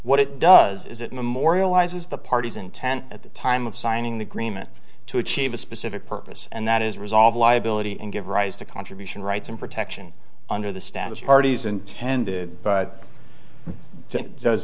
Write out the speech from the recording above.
what it does is it memorializes the party's intent at the time of signing the agreement to achieve a specific purpose and that is resolve liability and give rise to contribution rights and protection under the status of parties intended but